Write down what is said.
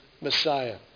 Messiah